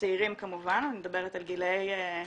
צעירים כמובן, אני מדברת על גילאי 30,